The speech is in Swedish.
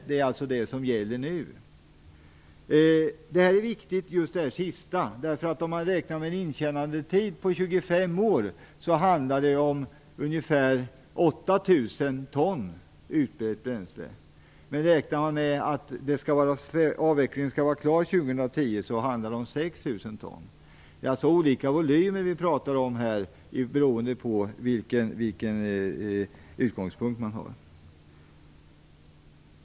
Det är alltså vad som gäller nu. Just det här sista är viktigt. Om man räknar med en intjänandetid på 25 år handlar det om ungefär 8 000 ton utbränt bränsle. Räknar man däremot med att avvecklingen skall vara klar år 2010 handlar det om 6 000 ton. Det är alltså olika volymer vi talar om här, beroende på vilken utgångspunkt man har.